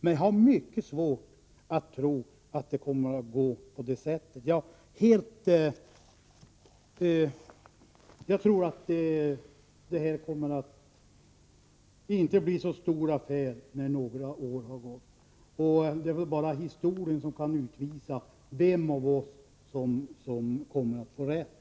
Men jag har mycket svårt att tro att det kommer att gå på det sättet. Jag tror inte att detta kommer att vara en så stor affär när några” år har gått. Det är bara historien som kan utvisa vem av oss som kommer att få rätt.